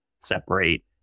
separate